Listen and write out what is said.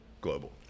Global